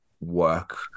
work